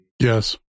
Yes